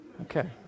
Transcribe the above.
Okay